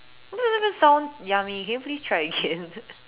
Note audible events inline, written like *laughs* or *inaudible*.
that doesn't even sound yummy can you please try again *laughs*